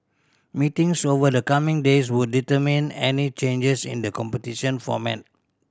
meetings over the coming days would determine any changes in the competition format